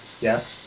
Yes